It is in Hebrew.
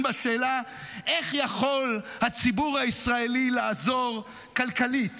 בשאלה איך יכול הציבור הישראלי לעזור כלכלית